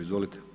Izvolite.